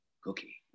cookie